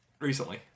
recently